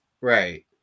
right